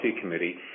committee